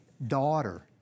Daughter